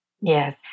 Yes